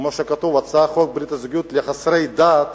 כמו שכתוב: הצעת חוק לחסרי דת,